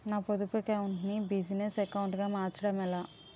నా పొదుపు అకౌంట్ నీ బిజినెస్ అకౌంట్ గా మార్చడం ఎలా?